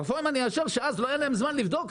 מר פרוימן יאשר שאז לא היה להם זמן לבדוק.